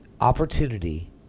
opportunity